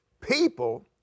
People